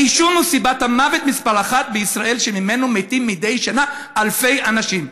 העישון הוא סיבת המוות מספר אחת בישראל שממנו מתים מדי שנה אלפי אנשים.